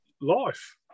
life